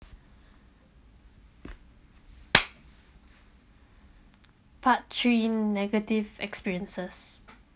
part three negative experiences